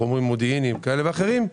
חומרים מודיעיניים כאלה ואחרים,